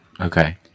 Okay